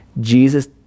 Jesus